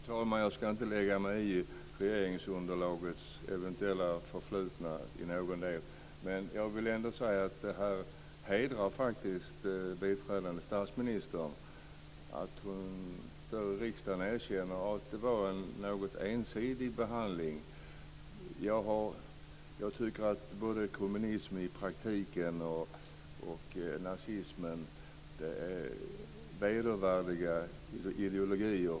Fru talman! Jag ska inte lägga mig i regeringsunderlagets eventuella förflutna i någon del. Men jag vill ändå säga att det faktiskt hedrar biträdande statsministern att hon står i riksdagen och erkänner att behandlingen var något ensidig. Jag tycker att både kommunism i praktiken och nazism är vedervärdiga ideologier.